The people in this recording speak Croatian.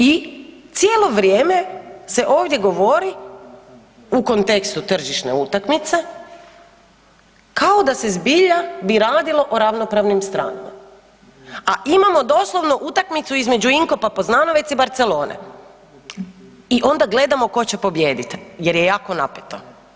I cijelo vrijeme se ovdje govori u kontekstu tržišne utakmice kao da se zbilja bi radilo o ravnopravnim stranama, a imamo doslovno utakmicu između Inkopa Poznanovec i Barcelone i onda gledamo ko će pobijedit jer je jako napeto.